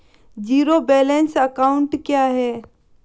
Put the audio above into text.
Zero balance account क्या है?